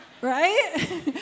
Right